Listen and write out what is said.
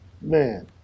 Man